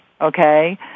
okay